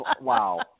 Wow